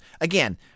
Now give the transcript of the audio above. again